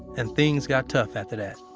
and things got tough after that